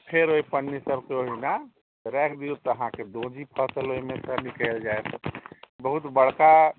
आओर फेर ओहि पन्नी सबके ओहिना राखि दिऔ तऽ अहाँके दोहरी फसल ओहिमेसँ निकलि जाइत बहुत बड़का